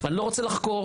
אני לא רוצה לחקור,